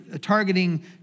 targeting